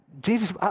Jesus